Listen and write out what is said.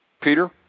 Peter